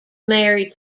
married